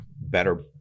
better